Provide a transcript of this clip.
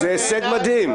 זה הישג מדהים.